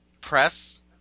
Press